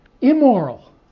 immoral